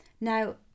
now